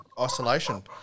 isolation